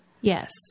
Yes